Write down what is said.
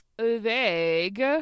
vague